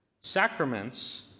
Sacraments